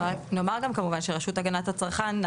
נאמר גם כמובן שרשות הגנת הצרכן,